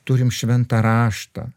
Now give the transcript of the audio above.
turim šventą raštą